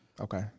Okay